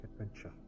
adventure